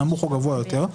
נמוך או גבוה יותר",